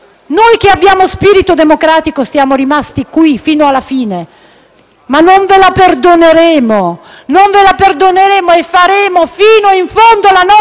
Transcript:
Noi che abbiamo spirito democratico siamo rimasti qui fino alla fine, ma non ve la perdoneremo. Non ve la perdoneremo! E faremo fino in fondo la nostra